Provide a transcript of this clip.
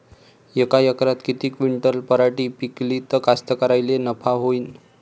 यका एकरात किती क्विंटल पराटी पिकली त कास्तकाराइले नफा होईन?